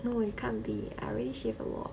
no it can't be I already shaved a lot